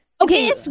Okay